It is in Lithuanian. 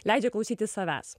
leidžia klausyti savęs